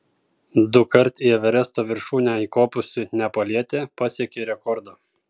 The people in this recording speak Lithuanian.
dukart į everesto viršūnę įkopusi nepalietė pasiekė rekordą